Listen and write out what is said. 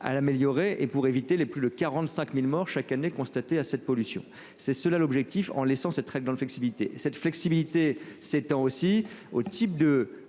à l'améliorer et pour éviter les plus de 45.000 morts chaque année, constater à cette pollution. C'est cela l'objectif. En laissant ce trek dans l'flexibilité cette flexibilité s'étend aussi au type de